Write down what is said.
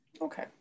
Okay